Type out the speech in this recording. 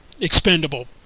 expendable